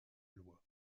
loi